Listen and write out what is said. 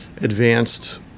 advanced